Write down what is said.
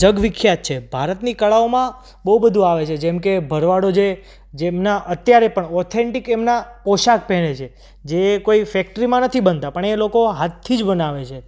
જગ વિખ્યાત છે ભારતની કળાઓમાં બહુ બધું આવે છે જેમ કે ભરવાડો જે જેમના અત્યારે પણ ઓથેન્ટીક એમના પોશાક પહેરે છે જે કોઈ ફેક્ટરીમાં નથી બનતા પણ એ લોકો હાથથી જ બનાવે છે